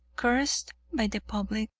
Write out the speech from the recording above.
cursed by the public,